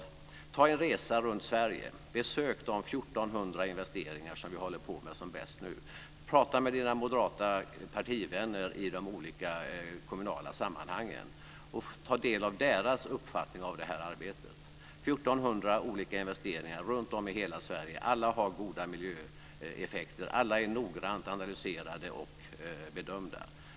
Gör en resa runt Sverige och besök de 1 400 investeringar som vi nu håller på med som bäst. Tala med dina moderata partivänner i de olika kommunala sammanhangen och ta del av deras uppfattning om detta arbete - 1 400 olika investeringar runtom i hela Sverige. Alla har goda miljöeffekter. Alla är noggrant analyserade och bedömda.